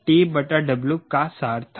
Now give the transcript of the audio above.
तो यह TW का सार था